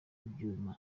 ibyuma